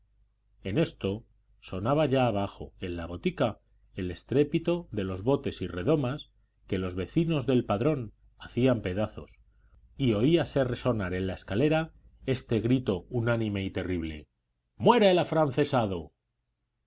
en esto sonaba ya abajo en la botica el estrépito de los botes y redomas que los vecinos del padrón hacían pedazos y oíase resonar en la escalera este grito unánime y terrible muera el afrancesado